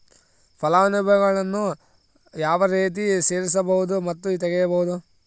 ಫಲಾನುಭವಿಗಳನ್ನು ಯಾವ ರೇತಿ ಸೇರಿಸಬಹುದು ಮತ್ತು ತೆಗೆಯಬಹುದು?